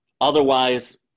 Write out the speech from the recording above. Otherwise